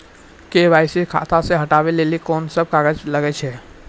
KYC खाता से हटाबै लेली कोंन सब कागज लगे छै?